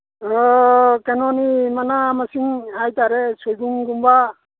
ꯀꯩꯅꯣꯅꯤ ꯃꯅꯥ ꯃꯁꯤꯡ ꯍꯥꯏꯇꯥꯔꯦ ꯁꯣꯏꯕꯨꯝꯒꯨꯝꯕ